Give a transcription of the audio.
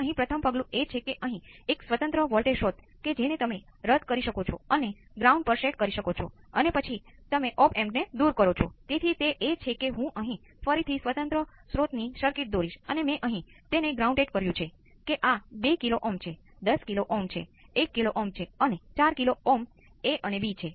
હવે તમે અહીં જે વસ્તુ નોંધી શકો છો કે જેને અગાઉ નિર્દેશિત કરવામાં આવી છે તે એ છે કે અહીં ડાબી બાજુ બરાબર એકસમાન છે